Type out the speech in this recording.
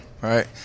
right